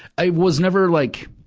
i was never like,